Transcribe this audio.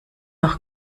auch